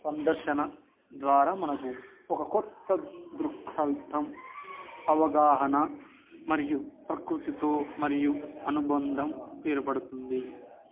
సందర్శన ద్వారా మనకు ఒక కొత్త దృకృథం అవగాహన మరియు ప్రకృతితో మరియు అనుబంధం ఏర్పడుతుంది